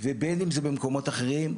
בין אם זה במקומות אחרים,